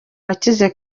wakize